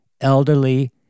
elderly